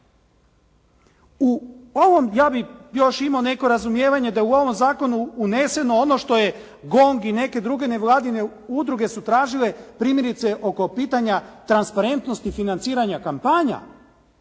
U ovom ja bih još imao neko razumijevanje da je u ovom zakonu uneseno ono što je GONG i neke druge nevladine udruge su tražile primjerice oko pitanja transparentnosti i financiranja kampanja.